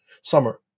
summer